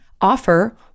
offer